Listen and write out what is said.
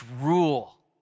rule